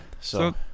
So-